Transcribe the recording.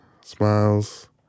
Smiles